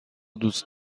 دوست